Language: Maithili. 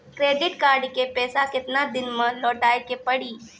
क्रेडिट कार्ड के पैसा केतना दिन मे लौटाए के पड़ी?